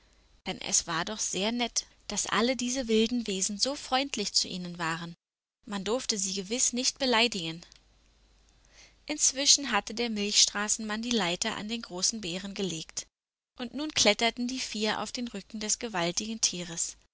denn es war doch sehr nett daß alle diese wilden wesen so freundlich zu ihnen waren man durfte sie gewiß nicht beleidigen inzwischen hatte der milchstraßenmann die leiter an den großen bären gelegt und nun kletterten die vier auf den rücken des gewaltigen tieres